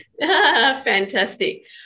Fantastic